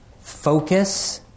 focus